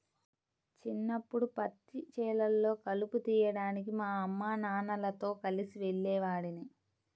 చిన్నప్పడు పత్తి చేలల్లో కలుపు తీయడానికి మా అమ్మానాన్నలతో కలిసి వెళ్ళేవాడిని